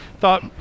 Thought